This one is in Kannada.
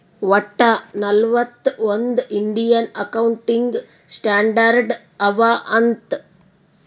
ವಟ್ಟ ನಲ್ವತ್ ಒಂದ್ ಇಂಡಿಯನ್ ಅಕೌಂಟಿಂಗ್ ಸ್ಟ್ಯಾಂಡರ್ಡ್ ಅವಾ ಅಂತ್